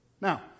Now